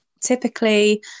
typically